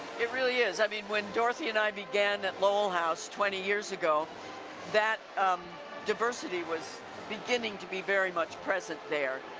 it really is, i mean when dorothy and i began at lowell house twenty years ago that diversity was beginning to be very much present there.